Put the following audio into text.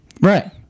Right